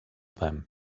them